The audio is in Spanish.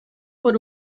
por